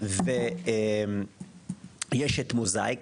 יש מוזאיק.